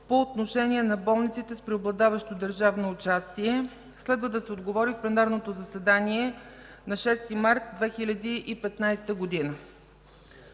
по отношение на болниците с преобладаващо държавно участие. Следва да се отговори в пленарното заседание на 6 март 2015 г.